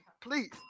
please